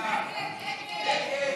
ההצעה